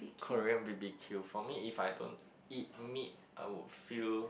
Korean B_B_Q for me if I don't eat meat I would feel